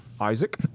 Isaac